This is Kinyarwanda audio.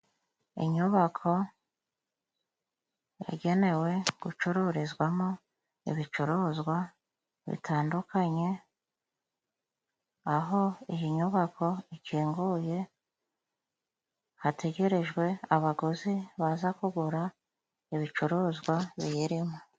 Inyubako igenewe gucururizwamo ibicuruzwa bitandukanye, aho iyi nyubako ikinguye, hategerejwe abaguzi baza kugura ibicuruzwa biyirimo.